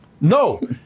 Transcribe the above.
No